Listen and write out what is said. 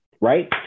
Right